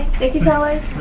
thank you so like